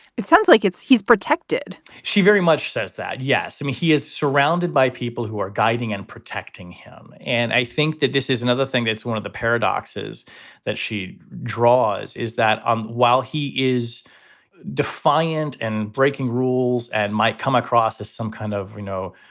it sounds like it's he's protected. she very much says that. yes. i mean, he is surrounded by people who are guiding and protecting him. and i think that this is another thing that's one of the paradoxes that she draws, is that um while he is defiant and breaking rules and might come across as some kind of, you know,